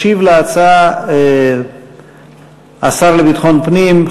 מס' 53. ישיב על ההצעה השר לביטחון פנים,